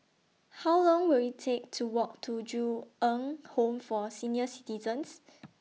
How Long Will IT Take to Walk to Ju Eng Home For Senior Citizens